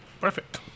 Perfect